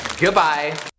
Goodbye